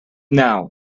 now